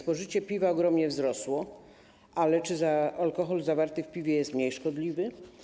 Spożycie piwa ogromnie wzrosło, ale czy za alkohol zawarty w piwie jest mniej szkodliwy?